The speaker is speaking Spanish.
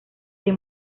que